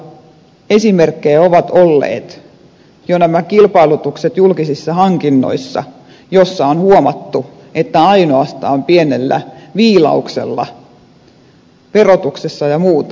valitettavia esimerkkejä ovat olleet jo nämä kilpailutukset julkisissa hankinnoissa joissa on huomattu että ainoastaan pienellä viilauksella verotuksessa ynnä muuta